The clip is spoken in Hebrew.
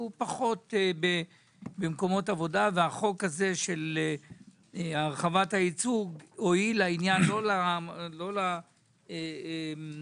פחות במקומות עבודה והחוק הזה של הרחבת הייצוג הועיל לעניין לא למשרות